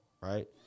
right